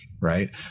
right